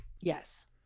Yes